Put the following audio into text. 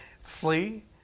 flee